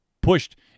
pushed